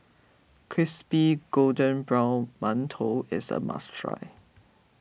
Crispy Golden Brown Mantou is a must try